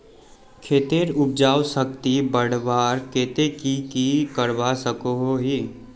खेतेर उपजाऊ शक्ति बढ़वार केते की की करवा सकोहो ही?